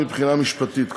מבחינה משפטית,